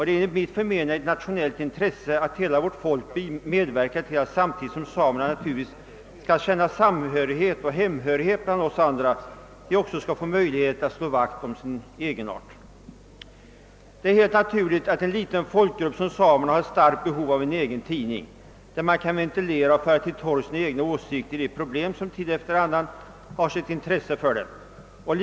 Det är enligt mitt förmenande ett nationellt intresse att hela vårt folk medverkar till att samerna, samtidigt som de naturligtvis skall känna hemhörighet bland oss andra, skall ha en möjlighet att slå vakt om sin egenart. Det är helt naturligt att en liten folkgrupp som samerna har ett starkt behov av en egen tidning, där man kan ventilera och föra till torgs sina åsik ter om de problem som tid efter annan har sitt intresse för ifrågavarande folkgrupp.